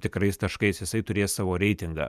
tikrais taškais jisai turės savo reitingą